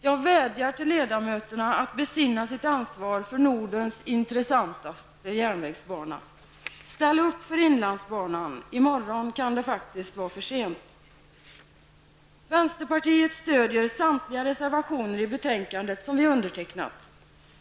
Jag vädjar till ledamöterna att besinna sitt ansvar för Nordens intressantaste järnvägsbana. Ställ upp för inlandsbanan -- i morgon kan det faktiskt vara för sent! Vänsterpartiet stödjer samtliga reservationer i betänkandet som vi undertecknat.